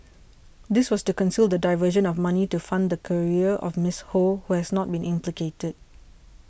this was to conceal the diversion of money to fund the career of Miss Ho who has not been implicated